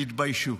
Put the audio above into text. תתביישו.